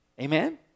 Amen